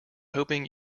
hoping